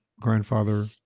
grandfather